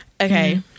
okay